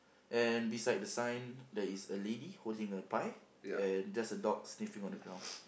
and beside the sign there is a lady holding a pie and just a dog sniffing on the ground